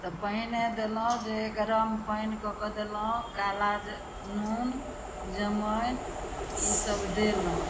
तऽ पहिने देलहुँ जे गरम पानि कए कऽ देलहुँ काला जे नून जमाइन ई सब देलहुँ